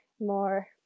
more